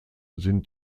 sind